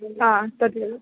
हा तदेव